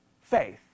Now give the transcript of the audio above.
faith